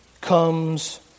comes